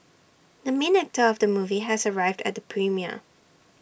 the main actor of the movie has arrived at the premiere